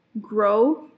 grow